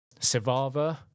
Sivava